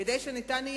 כדי שיהיה אפשר